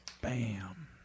Bam